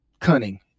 cunning